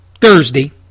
Thursday